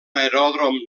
aeròdrom